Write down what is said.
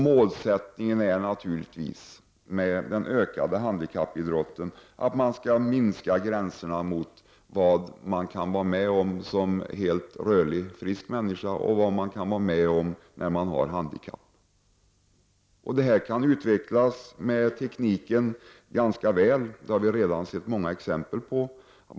Målsättningen med en ökad handikappidrott är naturligtvis att man skall minska skillnaden mellan vad en rörlig frisk människa kan vara med om och det man kan göra när man har handikapp. Med teknikens hjälp kan detta utvecklas ganska väl. Det har vi redan sett många exempel på.